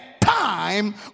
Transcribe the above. time